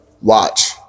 watch